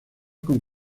con